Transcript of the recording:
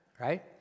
right